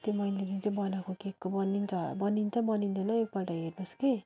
त्यो मैले जुन चाहिँ बनाएको केकको बनिन्छ होला बनिन्छ बनिँदैन एकपल्ट हेर्नुहोस् कि